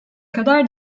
kadar